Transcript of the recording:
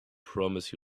promise